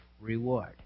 reward